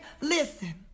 listen